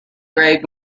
grade